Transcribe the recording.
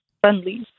friendly